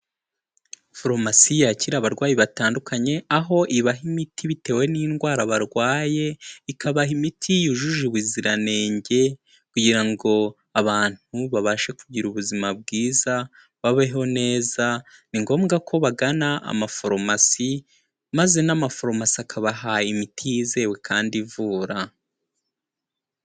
Foromasi yakira abarwayi batandukanye, aho ibaha imiti bitewe n'indwara barwaye, ikabaha imiti yujuje ubuziranenge kugira ngo abantu babashe kugira ubuzima bwiza, babeho neza, ni ngombwa ko bagana amaforomasi maze n'amaforomasi akabaha imiti yizewe kandi ivura.